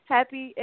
Happy